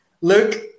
Luke